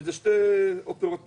אלה שתי אופרות נפרדות.